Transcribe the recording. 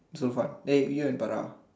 Zulfan eh you and Farah